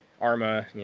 Arma